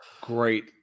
great